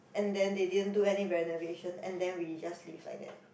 and then they didn't do any renovation and then we just live like that